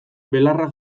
belarra